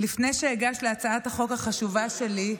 לפני שאגש להצעת החוק החשובה שלי,